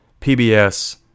PBS